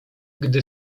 gdy